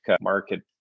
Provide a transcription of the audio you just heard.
market